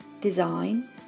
Design